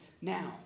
now